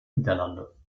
niederlande